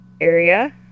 area